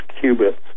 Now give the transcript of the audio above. cubits